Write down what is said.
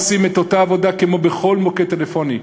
עושים את אותה עבודה כמו בכל מוקד טלפוני.